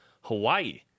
Hawaii